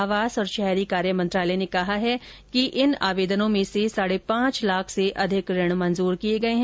आवास और शहरी कार्य मंत्रालय ने कहा है कि इन आवेदनों में से साढ़े पांच लाख से अधिक ऋण मंजूर किए गए हैं